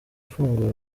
afungura